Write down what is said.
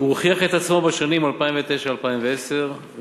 הוא הוכיח את עצמו בשנים 2009 2010 וכן